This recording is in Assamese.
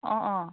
অঁ অঁ